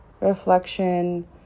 reflection